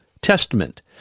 Testament